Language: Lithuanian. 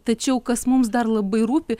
tačiau kas mums dar labai rūpi